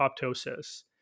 apoptosis